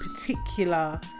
particular